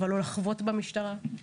אבל לא לחבוט במשטרה.